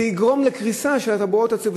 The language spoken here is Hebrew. זה יגרום לקריסה של התחבורה הציבורית,